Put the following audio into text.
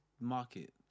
market